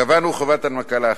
קבענו חובת הנמקה של ההחלטות.